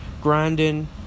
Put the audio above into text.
grinding